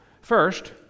First